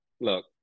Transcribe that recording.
look